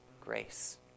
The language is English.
grace